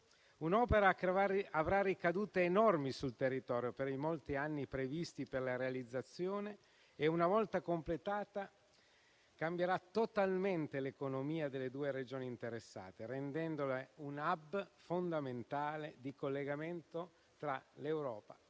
un'opera che avrà ricadute enormi sul territorio per i molti anni previsti per la realizzazione e, una volta completata, cambierà totalmente l'economia delle due Regioni interessate, rendendole un *hub* fondamentale di collegamento dall'Europa